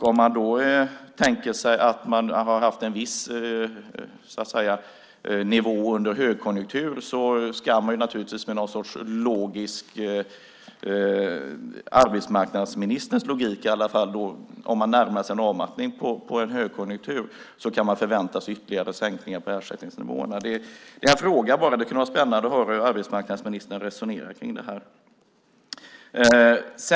Om man då tänker sig att man har haft en viss nivå under högkonjunktur ska man naturligtvis med något slags logik, arbetsmarknadsministerns logik i alla fall, om man närmar sig en avmattning på en högkonjunktur, förvänta sig ytterligare sänkningar av ersättningsnivåerna. Det är bara en fråga. Det kan vara spännande att höra hur arbetsmarknadsministern resonerar kring det här.